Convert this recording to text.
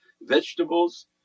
vegetables